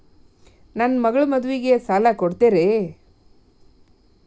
ನನ್ನ ಮಗಳ ಮದುವಿಗೆ ಸಾಲ ಕೊಡ್ತೇರಿ?